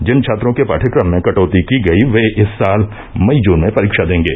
जिन छात्रों के पाठ्यक्रम में कटौती की गई वे इस साल मई जून में परीक्षा देंगे